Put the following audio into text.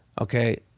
okay